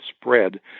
spread